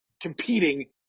competing